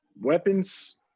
weapons